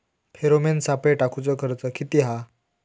Pheromone सापळे टाकूचो खर्च किती हा?